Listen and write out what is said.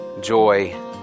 joy